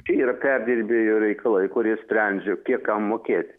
čia yra perdirbėjo reikalai kurie sprendžia kiek kam mokėti